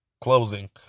closing